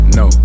no